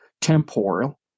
temporal